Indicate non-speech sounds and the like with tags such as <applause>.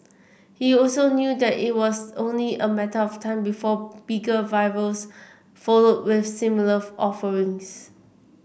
he also knew that it was only a matter of time before bigger rivals followed with similar <unintelligible> offerings